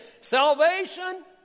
Salvation